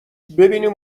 ببینیم